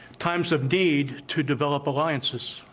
times of need to develop alliances?